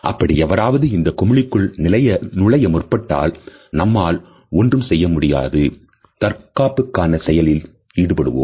அப்படி எவராவது இந்த குமிழிக்குள் நுழைய முற்பட்டால் நம்மால் ஒன்றும் செய்ய முடியாது தற்காப்புக்கான செயலில் ஈடுபடுவோம்